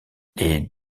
les